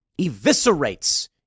eviscerates